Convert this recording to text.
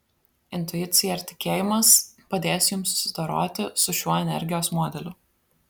intuicija ir tikėjimas padės jums susidoroti su šiuo energijos modeliu